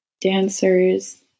dancers